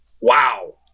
Wow